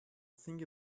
think